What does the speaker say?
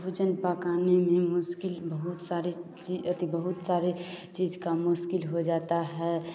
भोजन पकाने में मुश्किल बहुत सारी चीज़ अथी बहुत सारे चीज़ का मुश्किल हो जाता है